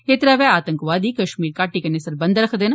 एह् त्रैवे आतंकवादी कश्मीर घाटी कन्नै सरबंघ रक्खदे न